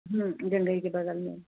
जंघई के बगल में